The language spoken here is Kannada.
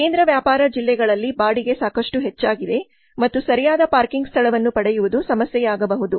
ಕೇಂದ್ರ ವ್ಯಾಪಾರ ಜಿಲ್ಲೆಗಳಲ್ಲಿ ಬಾಡಿಗೆ ಸಾಕಷ್ಟು ಹೆಚ್ಚಾಗಿದೆ ಮತ್ತು ಸರಿಯಾದ ಪಾರ್ಕಿಂಗ್ ಸ್ಥಳವನ್ನು ಪಡೆಯುವುದು ಸಮಸ್ಯೆಯಾಗಬಹುದು